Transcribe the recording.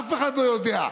אף אחד לא יודע.